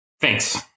Thanks